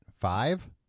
Five